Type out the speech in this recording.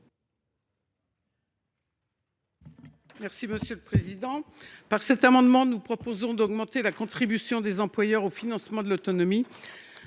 n° 806 rectifié. Par cet amendement, nous proposons d’augmenter la contribution des employeurs au financement de l’autonomie.